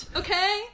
okay